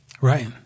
Right